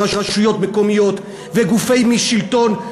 רשויות מקומיות וגופי שלטון.